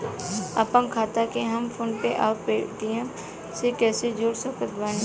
आपनखाता के हम फोनपे आउर पेटीएम से कैसे जोड़ सकत बानी?